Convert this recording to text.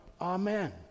Amen